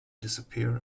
disappear